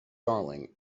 darling